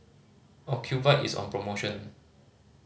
ocuvite is on promotion